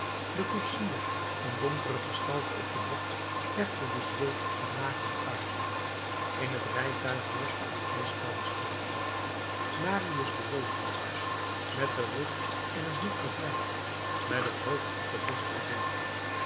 de koetsier een donkere gestalte op den bok legde de zweep op zijn magere paarden in het rijtuig heerschte een ijskoude stilte marius bewegingloos met den rug in een hoek gevlijd met het hoofd op de borst gezonken